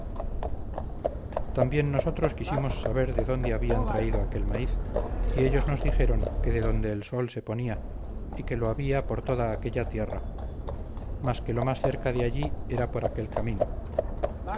también nosotros quisimos saber de dónde habían traído aquel maíz y ellos nos dijeron que de donde el sol se ponía y que lo había por toda aquella tierra mas que lo más cerca de allí era por aquel camino